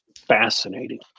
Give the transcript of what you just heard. fascinating